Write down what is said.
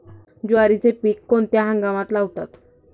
ज्वारीचे पीक कोणत्या हंगामात लावतात?